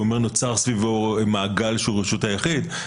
והוא אומר: נוצר סביבו מעגל שהוא רשות היחיד.